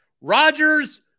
Rodgers